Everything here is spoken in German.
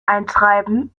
eintreiben